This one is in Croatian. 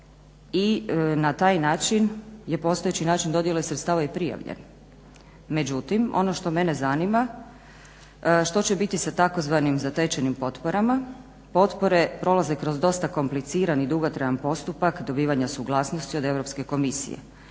i na taj način je postojeći način dodjele sredstava i prijavljen. Međutim, ono što mene zanima što će biti sa tzv. zatečenim potporama? Potpore prolaze kroz dosta kompliciran i dugotrajan postupak dobivanja suglasnosti od EU komisije.